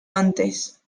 antes